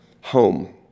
home